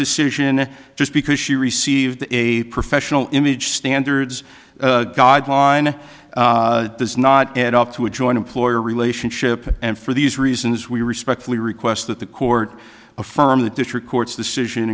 decision just because she received a professional image standards guideline does not add up to a joint employer relationship and for these reasons we respectfully request that the court affirm the district court's decision